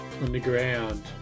underground